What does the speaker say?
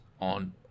on